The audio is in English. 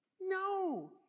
No